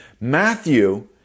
Matthew